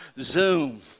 zoom